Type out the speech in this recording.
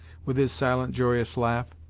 with his silent, joyous laugh.